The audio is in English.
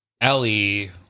Ellie